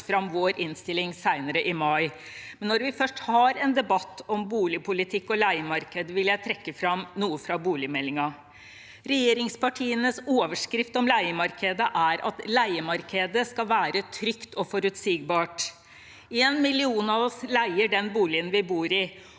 fram sin innstilling senere i mai. Likevel: Når vi først har en debatt om boligpolitikk og leiemarkedet, vil jeg trekke fram noe fra boligmeldingen. Regjeringspartienes overskrift om leiemarkedet er at leiemarkedet skal være trygt og forutsigbart. En million av oss leier den boligen vi bor i.